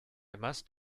must